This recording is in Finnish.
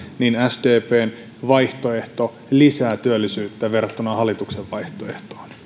sdpn vaihtoehto lisää työllisyyttä verrattuna hallituksen vaihtoehtoon